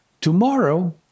Tomorrow